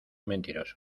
mentiroso